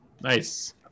Nice